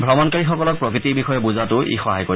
ভ্ৰমণকাৰীসকলক প্ৰকৃতিৰ বিষয়ে বুজাতো ই সহায় কৰিব